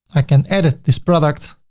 i can edit this product